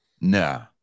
No